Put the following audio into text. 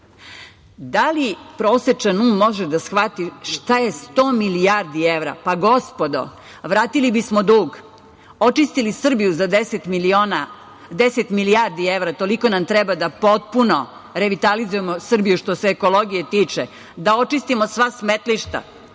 li prosečan um može da shvati šta je 100 milijardi evra? Pa, gospodo, vratili bismo dug, očistili Srbiju za 10 milijardi evra. Toliko nam treba da potpuno revitalizujemo Srbiju što se ekologije tiče, da očistimo sva smetlišta,